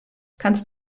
kannst